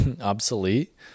obsolete